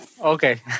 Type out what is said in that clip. Okay